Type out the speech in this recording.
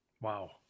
Wow